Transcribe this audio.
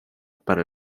para